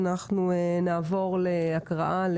אנחנו נעבור להקראה.